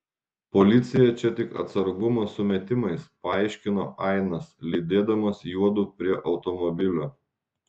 policija čia tik atsargumo sumetimais paaiškino ainas lydėdamas juodu prie automobilio